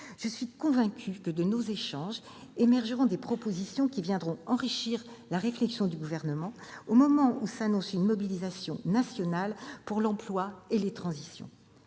Je suis convaincue que de nos échanges émergeront des propositions qui viendront enrichir la réflexion du Gouvernement au moment où s'annonce une mobilisation nationale pour l'emploi et les transitions.